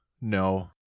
No